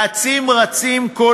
שאצים רצים כל